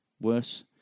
worse